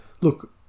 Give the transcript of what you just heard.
Look